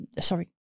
sorry